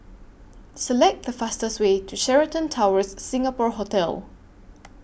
Select The fastest Way to Sheraton Towers Singapore Hotel